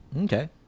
Okay